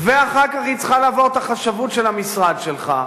ואחר כך היא צריכה לעבור את החשבות של המשרד שלך.